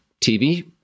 TV